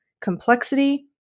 complexity